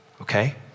okay